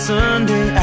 Sunday